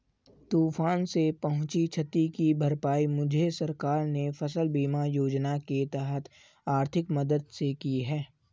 तूफान से पहुंची क्षति की भरपाई मुझे सरकार ने फसल बीमा योजना के तहत आर्थिक मदद से की है